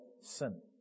sin